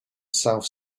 south